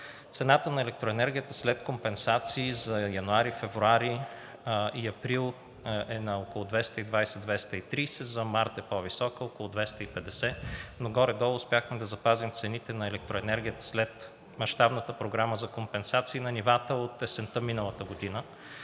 Цената на електроенергията след компенсации за януари, февруари и април е на около 220 – 230 лв. – за март е по-висока – около 250, но горе-долу успяхме да запазим цените на електроенергията след мащабната програма за компенсации на нивата от есента миналата година.